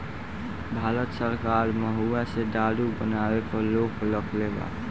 भारत सरकार महुवा से दारू बनावे पर रोक रखले बा